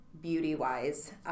beauty-wise